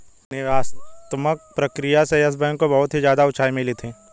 निवेशात्मक प्रक्रिया से येस बैंक को बहुत ही ज्यादा उंचाई मिली थी